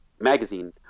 magazine